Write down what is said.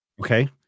Okay